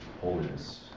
Holiness